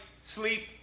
sleep